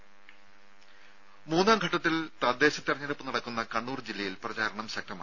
രും മൂന്നാം ഘട്ടത്തിൽ തദ്ദേശ തിരഞ്ഞെടുപ്പ് നടക്കുന്ന കണ്ണൂർ ജില്ലയിൽ പ്രചരണം ശക്തമായി